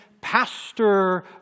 Pastor